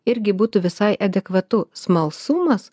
irgi būtų visai adekvatu smalsumas